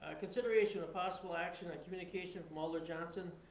ah consideration with possible action on communication from alder johnson,